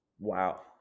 Wow